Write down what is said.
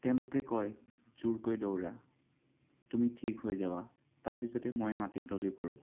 তেওঁলোকে কয় যোৰকৈ দৌৰা তুমি ঠিক হৈ যাবা তাৰপিছতেই মই মাটিত ঢলি পৰোঁ